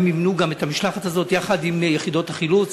הם מימנו את המשלחת הזאת יחד עם יחידות החילוץ.